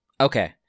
Okay